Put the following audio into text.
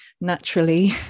naturally